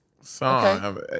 song